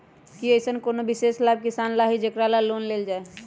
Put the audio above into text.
कि अईसन कोनो विशेष लाभ किसान ला हई जेकरा ला लोन लेल जाए?